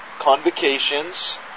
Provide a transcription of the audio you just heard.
convocations